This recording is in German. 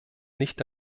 nicht